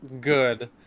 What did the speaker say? good